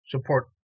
support